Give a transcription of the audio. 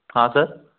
हाँ सर